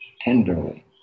tenderly